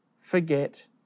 forget